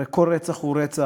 הרי כל רצח הוא רצח,